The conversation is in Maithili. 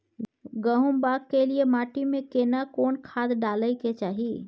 गहुम बाग के लिये माटी मे केना कोन खाद डालै के चाही?